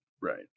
Right